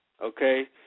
okay